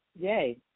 Yay